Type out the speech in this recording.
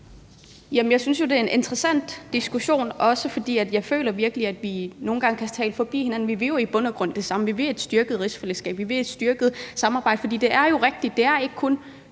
jeg synes jo, det er en interessant diskussion, også fordi jeg virkelig føler, at vi nogle gange taler forbi hinanden. Vi vil jo i bund og grund det samme; vi vil et styrket rigsfællesskab, vi vil et styrket samarbejde. For det er jo rigtigt: Det er ikke kun